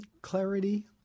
clarity